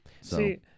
See